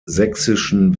sächsischen